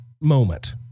moment